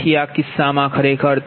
તેથી આ કિસ્સામાં ખરેખર